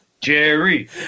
Jerry